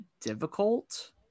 difficult